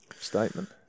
Statement